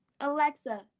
Alexa